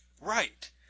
Right